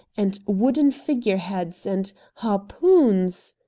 and wooden figure-heads, and harpoons